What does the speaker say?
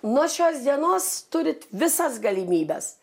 nuo šios dienos turit visas galimybes